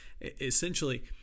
essentially